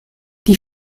die